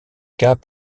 cas